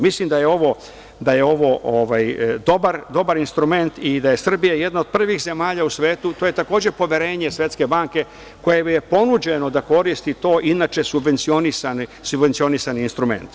Mislim da je ovo dobar instrument i da je Srbija jedna od prvih zemalja u svetu, a to je takođe poverenje Svetske banke koje je ponuđeno da koristi to, inače subvencionisan instrument.